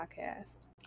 podcast